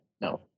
No